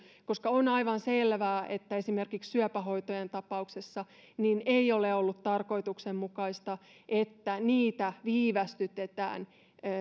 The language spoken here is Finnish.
on aivan selvää että esimerkiksi syöpähoitojen tapauksessa ei ole ollut tarkoituksenmukaista että niitä viivästytetään